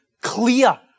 clear